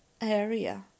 area